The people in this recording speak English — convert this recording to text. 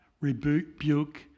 rebuke